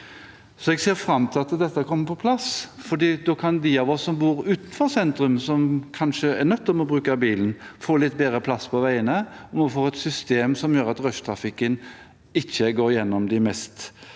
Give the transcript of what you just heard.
Jeg ser fram til at dette kommer på plass, for da kan de av oss som bor utenfor sentrum, som kanskje er nødt til å bruke bilen, få litt bedre plass på veiene, at vi får et system som gjør at rushtrafikken ikke går igjennom de mest